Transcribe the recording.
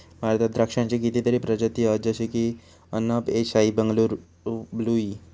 भारतात द्राक्षांची कितीतरी प्रजाती हत जशे की अनब ए शाही, बंगलूर ब्लू ई